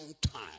time